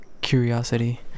curiosity